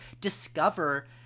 discover